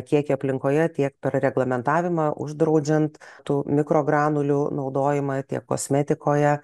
kiekį aplinkoje tiek per reglamentavimą uždraudžiant tų mikrogranulių naudojimą tiek kosmetikoje